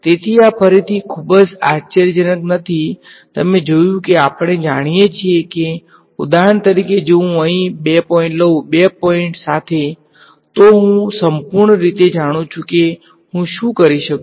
તેથી આ ફરીથી ખૂબ જ આશ્ચર્યજનક નથી તમે જોયું કે આપણે જાણીએ છીએ કે ઉદાહરણ તરીકે જો હું અહીં બે પોઇન્ટ સાથે બે પોઇન્ટ લઉં તો હું સંપૂર્ણ રીતે જાણુ છું કે હું શું કરી શકું